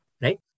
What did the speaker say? right